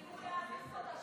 תפסיקו להבעיר פה את השטח.